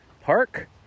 Park